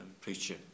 preacher